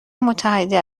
متحده